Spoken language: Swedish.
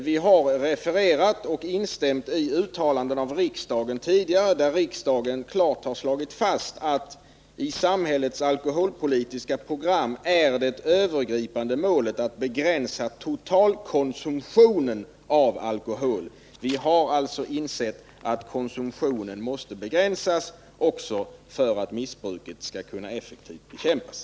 Vi har refererat och instämt i tidigare uttalanden av riksdagen, där riksdagen klart har slagit fast att i samhällets alkoholpolitiska program är det övergripande målet att begränsa totalkonsumtionen av alkohol. Vi har alltså insett att konsumtionen måste begränsas för att missbruket skall kunna effektivt bekämpas.